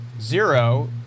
zero